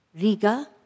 Riga